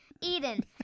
Eden